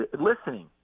listening